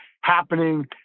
happening